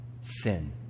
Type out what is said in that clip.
sin